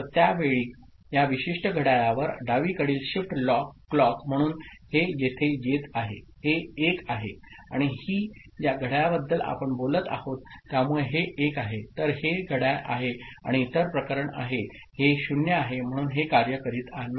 तर त्या वेळी या विशिष्ट घड्याळावर डावीकडील शिफ्ट क्लॉक म्हणून हे येथे येत आहे हे 1 आहे आणि ही ज्या घड्याळबद्दल आपण बोलत आहोत त्यामुळे हे 1 आहे तर हे घड्याळ आहे आणि इतर प्रकरण आहे हे 0 आहे म्हणून हे कार्य करीत नाही